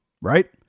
right